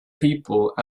people